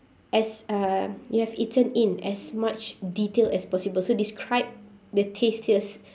as uh you have eaten in as much detail as possible so describe the tastiest